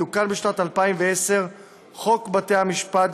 תוקן בשנת 2010 חוק בתי המשפט,